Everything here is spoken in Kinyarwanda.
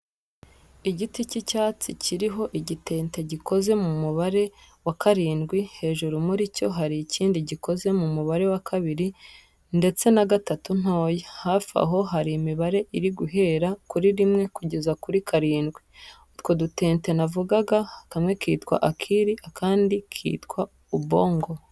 Igiti cy'icyatsi kiriho igitente gikoze mu mubare wa karindwi, hejuru muri cyo hari ikindi gikoze mu mubare wa kabiri ndetse na gatatu ntoya, hafi aho hari imibare iri guhera kuri rimwe kugeza kuri karindwi. Utwo dutente navugaga, kamwe kitwa Akili akandi kitwa Ubongo.